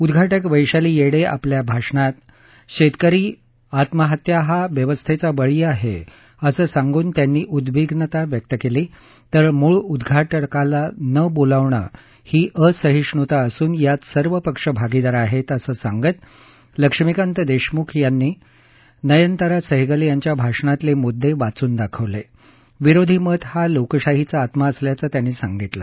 उद्घाटक वैशाली येडे आपल्या भाषणात शेतकरी आत्महत्या हा व्यवस्थेचा बळी आहे असं सांगून उद्विग्नता व्यक्त केली तर मुळ उद्वाटकाला न बोलावण ही असहिष्णता असून यात सर्व पक्ष भागिदार आहेत असं सांगत लक्ष्मीकांत देशमुख यांनी नयनतारा सहगल यांच्या भाषणातले मुद्दे वाचून दाखवले विरोधी मत हा लोकशाहीचा आत्मा असल्याचं ते म्हणाले